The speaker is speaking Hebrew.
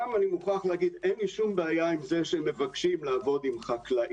אני גם מוכרח להגיד שאין לי שום בעיה עם זה שהם מבקשים לעבוד עם חקלאים,